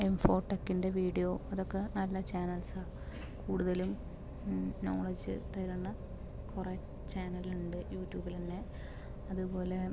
M four ടെക്കിൻ്റെ video അതൊക്കെ നല്ല ചാനൽസാ കൂടുതലും നോളജ് തരണ കുറേ ചാനലുണ്ട് യൂട്യൂബിലുള്ള അതുപോലെ